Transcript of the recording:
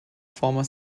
former